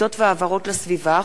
(פליטות והעברות לסביבה,